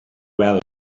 weld